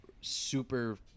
super